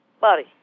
body